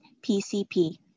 PCP